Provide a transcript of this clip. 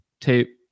tape